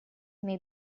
may